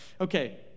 okay